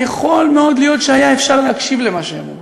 יכול מאוד להיות שהיה אפשר להקשיב למה שהם אומרים.